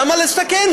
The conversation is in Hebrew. למה לתקן,